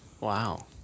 Wow